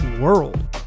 world